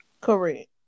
Correct